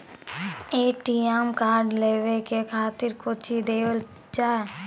ATM card लेवे के खातिर कौंची देवल जाए?